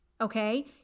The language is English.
Okay